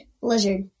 lizard